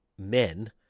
Men